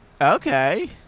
Okay